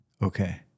okay